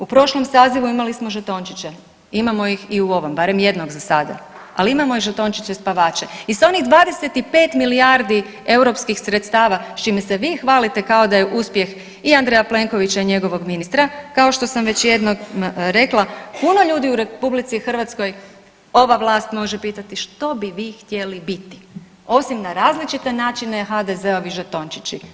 U prošlom sazivu imali smo žetončiće, imamo ih i u ovom, barem jednog za sada, ali imamo žetončiće spavače i sa onih 25 milijardi europskih sredstava s čime se vi hvalite kao da je uspjeh i Andreja Plenkovića i njegovog ministra, kao što sam već jednom rekla puno ljudi u RH ova vlast može pitati, što bi vi htjeli biti osim na različite načine HZD-ovi žetončići.